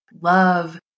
love